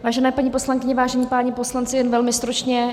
Vážené paní poslankyně, vážení páni poslanci, jen velmi stručně.